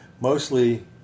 mostly